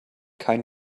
kein